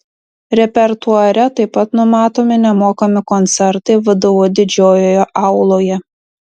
repertuare taip pat numatomi nemokami koncertai vdu didžiojoje auloje